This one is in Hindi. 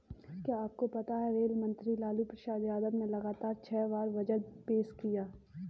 क्या आपको पता है रेल मंत्री लालू प्रसाद यादव ने लगातार छह बार बजट पेश किया?